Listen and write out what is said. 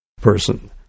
person